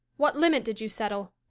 what limit did you settle?